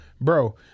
bro